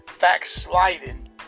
backsliding